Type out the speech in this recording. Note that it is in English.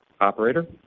Operator